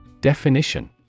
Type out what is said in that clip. Definition